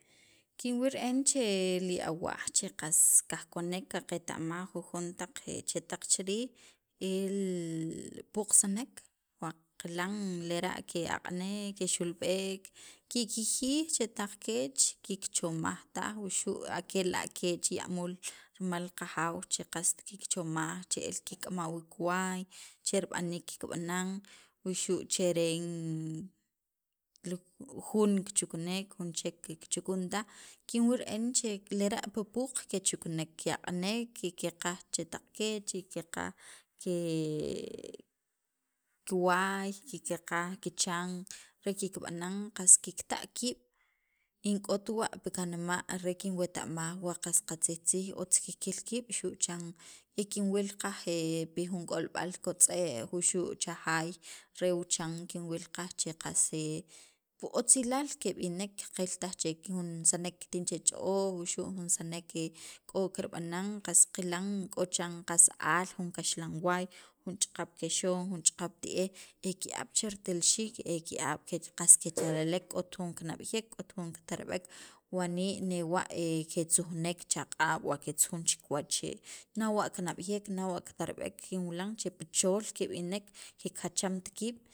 Kinwil re'en che li awaj che qas kajkawnek qaqeta'maj jujon taq chetaq chiriij el puuq sanek wa qaqilan lera' ke'aq'anek kexulb'ek kikjiyij chetaq keech, kikchomaj taj wuxu' a kela' keech ya'muul rimal kajaw che qast kikchomaj che'el kik'ama wii' kiwaay che rib'aniik kikb'anan wuxu' cheren li jun kichuknek jun chek kichukun taj kinwil re'en pi puuq kechuknek, ke'aq'anek y keqaj chetaq keech kikeqaj kiwaay kikeqaj kichan re kikb'anan qas kikta' kiib', in k'ot wa pi kanma' re kinweta'maj wa qas qatzijtzij otz kikil kiib' xu' chan pi jun k'olb'al kotz'e'j wuxu' cha jaay re wuchan kinwilqas che qas pi otzilaal keb'inek qiltaj che jun sanek kitijin che ch'oj wuxu' jun sanek k'o kirb'anan qas qilan k'o chiran qas al jun kaxlanwaay jun ch'aqap kexon, jun ch'aqap ti'ej e ki'ab' che ritelxiik e ki'ab' qas kechalalek k'ot jun kinab'yejek k'ot jun kitarb'ek wani' newa' ketzujnek chaq'ab' wa ketzujun o ketzujun chikiwach nawa' kinab'iyejek, nawa' ketarb'ek kinwilan che pi chool keb'inek kikjachamt kiib'